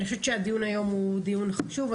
אני חושבת שהדיון היום הוא דיון חשוב.